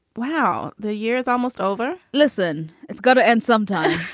wow. the year is almost over. listen, it's got to end sometime.